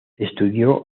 estudió